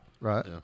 right